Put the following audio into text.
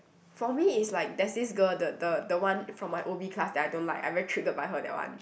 for me it's like there's this girl the the the one from my O_B class that I don't like I'm very triggered by her that one